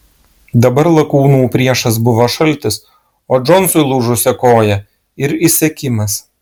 dabar lakūnų priešas buvo šaltis o džonsui lūžusia koja ir išsekimas